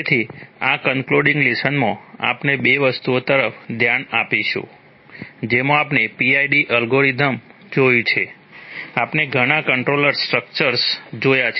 તેથી આ કન્ક્લુડિંગ લેસનમાં જોયા છે